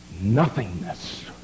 nothingness